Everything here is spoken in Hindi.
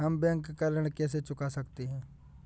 हम बैंक का ऋण कैसे चुका सकते हैं?